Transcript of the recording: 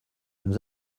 nous